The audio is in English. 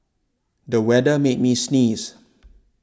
the weather made me sneeze